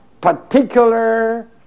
particular